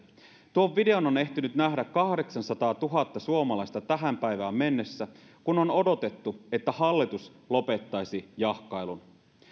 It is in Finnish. tuon videon on ehtinyt nähdä kahdeksansataatuhatta suomalaista tähän päivään mennessä kun on odotettu että hallitus lopettaisi jahkailun